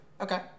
Okay